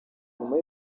nyuma